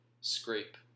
scrape